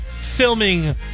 filming